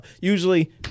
Usually